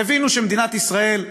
והבינו שמדינת ישראל,